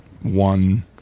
one